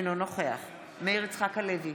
אינו נוכח מאיר יצחק הלוי,